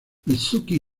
mitsuki